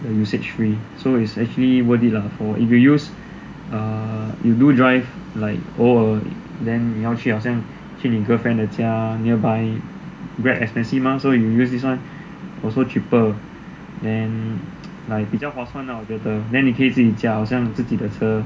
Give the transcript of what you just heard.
the usage free so it's actually worth it lah if you use err you do drive like 偶尔 then 你要去好像你要去你 girlfriend 的家 nearby Grab expensive mah so you use this one also cheaper then like 比较划算啦我觉得 then 你可以自己驾好像自己的车